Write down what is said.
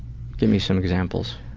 give me some examples.